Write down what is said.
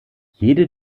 jede